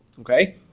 okay